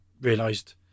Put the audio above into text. realised